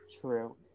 true